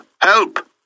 help